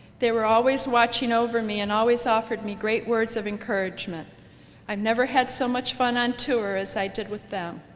they were always watching over me and always offered me great words of encouragement i've never had so much fun on tour as i did with them.